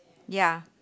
ya